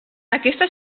aquesta